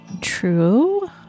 True